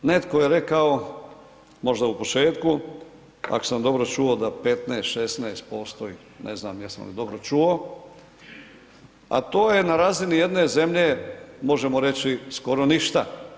Netko je rekao, možda u početku ako sam dobro čuo da 15, 16% ih, ne znam jesam li dobro čuo, a to je na razini jedne zemlje možemo reći skoro ništa.